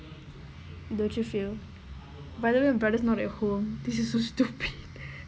don't you feel by the way my brother's not at home this is so stupid